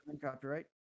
copyright